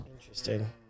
Interesting